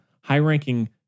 high-ranking